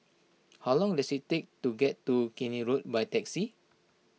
how long does it take to get to Keene Road by taxi